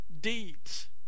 deeds